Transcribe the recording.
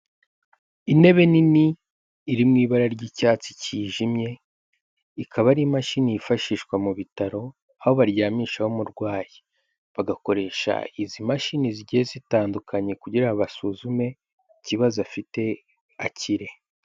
Intebe nini iri mu ibara ry'icyatsi cyijimye, ikaba ari imashini yifashishwa mu bitaro, aho baryamishaho umurwayi, bagakoresha izi mashini zigiye zitandukanye kugira basuzume, ikibazo afite akire.